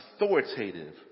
authoritative